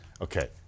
Okay